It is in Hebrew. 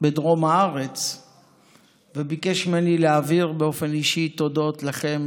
בדרום הארץ וביקש ממני להעביר באופן אישי תודות לכם,